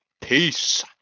Peace